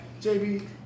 JB